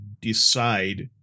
decide